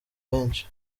benshi